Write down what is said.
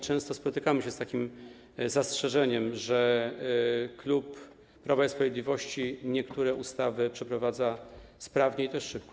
Często spotykamy się z takim zastrzeżeniem, że klub Prawa i Sprawiedliwości niektóre ustawy przeprowadza sprawnie i szybko.